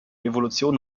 evolution